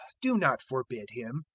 do not forbid him,